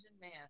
man